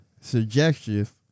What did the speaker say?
suggestive